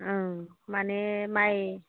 ओं माने माइ